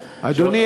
אדוני,